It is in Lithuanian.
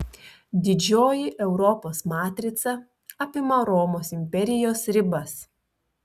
didžioji europos matrica apima romos imperijos ribas